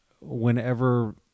whenever